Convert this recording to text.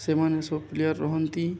ସେମାନେ ସବୁ ପ୍ଲେୟାର୍ ରହନ୍ତି